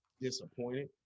disappointed